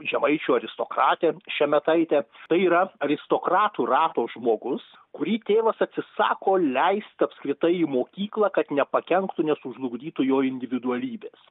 žemaičių aristokratė šemetaitė tai yra aristokratų rato žmogus kurį tėvas atsisako leisti apskritai į mokyklą kad nepakenktų nesužlugdytų jo individualybės